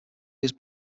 was